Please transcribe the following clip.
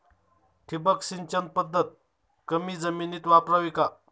ठिबक सिंचन पद्धत कमी जमिनीत वापरावी का?